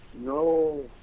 no